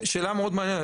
שאלה מאוד מעניינת.